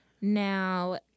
Now